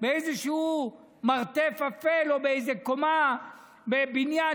באיזשהו מרתף אפל או באיזה קומה בבניין,